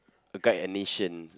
to guide a nation